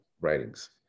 writings